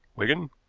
wigan,